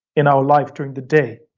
in our life during the day.